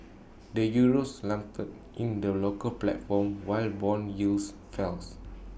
the Euroes slumped in the local platform while Bond yields fells